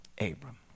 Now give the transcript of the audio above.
Abram